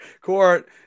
court